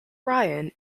brian